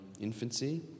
infancy